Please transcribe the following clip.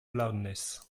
loudness